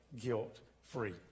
guilt-free